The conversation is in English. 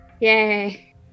Yay